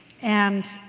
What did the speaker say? and